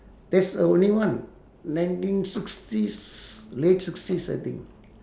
that's the only one nineteen sixties late sixties I think